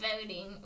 Voting